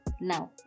Now